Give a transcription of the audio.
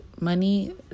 money